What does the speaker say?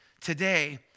Today